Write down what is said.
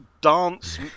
dance